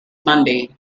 mundy